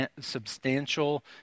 substantial